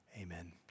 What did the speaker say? Amen